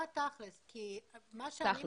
מה שאני מבינה,